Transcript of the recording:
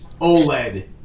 OLED